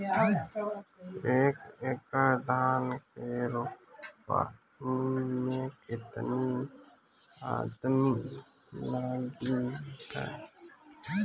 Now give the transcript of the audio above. एक एकड़ धान के रोपनी मै कितनी आदमी लगीह?